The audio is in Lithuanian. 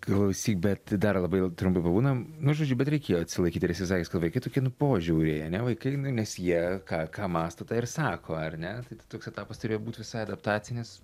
klausyk bet dar labai trumpai pabūnam nu žodžiu bet reikėjo atsilaikyt ir esi sakęs kad vaikai toki nu požiauriai ane vaikai nes jie ką ką mąsto tą ir sako ar ne tai toks etapas turėjo būt visai adaptacinis